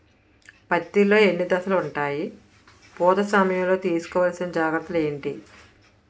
పత్తి లో ఎన్ని దశలు ఉంటాయి? పూత సమయం లో తీసుకోవల్సిన జాగ్రత్తలు ఏంటి?